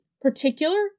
Particular